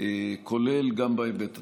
גם בהיבט התקציבי.